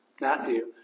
Matthew